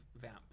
vamp